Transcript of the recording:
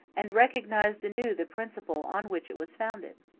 and recognized anew the principle on which it was founded.